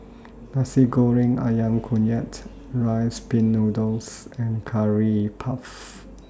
Nasi Goreng Ayam Kunyit Rice Pin Noodles and Curry Puff